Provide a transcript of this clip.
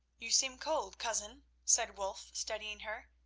you seem cold, cousin, said wulf, studying her.